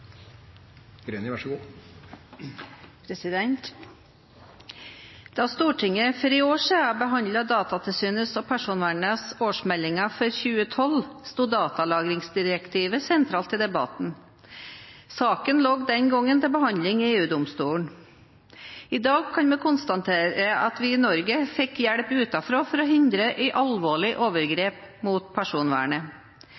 Stortinget for ett år siden behandlet Datatilsynets og Personvernnemndas årsmeldinger for 2012, sto datalagringsdirektivet sentralt i debatten. Saken lå den gangen til behandling i EU-domstolen. I dag kan vi konstatere at vi i Norge fikk hjelp utenfra for å hindre et alvorlig